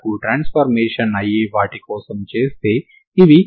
ఇది కంటిన్యూస్ అవ్వాలి ఎందుకంటే ఇది రెండుసార్లు డిఫరెన్ష్యబుల్ అవ్వాలి కాబట్టి